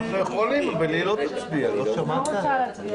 אני לא חושב שמדינת ישראל